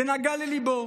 זה נגע לליבו,